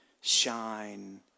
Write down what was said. shine